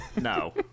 No